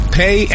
pay